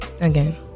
Again